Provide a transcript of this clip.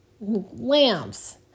lamps